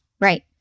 Right